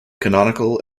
canonical